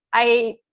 i,